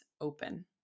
open